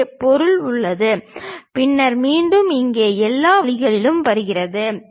எனவே பொருள் உள்ளது பின்னர் மீண்டும் இங்கே எல்லா வழிகளிலும் வருகிறது